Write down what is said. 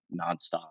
nonstop